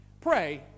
pray